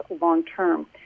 long-term